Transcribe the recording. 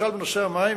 למשל בנושא המים,